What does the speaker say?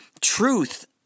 truth